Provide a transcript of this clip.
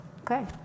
okay